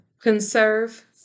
Conserve